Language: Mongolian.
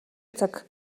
цаг